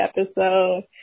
episode